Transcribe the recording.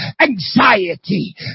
anxiety